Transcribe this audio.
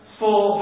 four